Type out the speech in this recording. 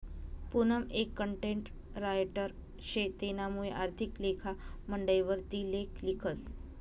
पूनम एक content writer शे तेनामुये आर्थिक लेखा मंडयवर ती लेख लिखस